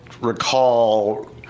recall